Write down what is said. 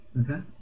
Okay